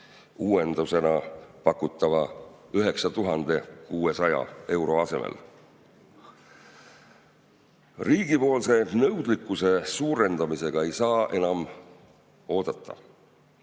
uuendusena pakutud 9600 euro asemel. Riigipoolse nõudlikkuse suurendamisega ei saa enam oodata.